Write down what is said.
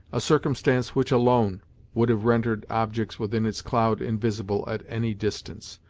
a circumstance which alone would have rendered objects within its cloud invisible at any distance.